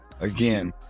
again